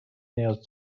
نیاز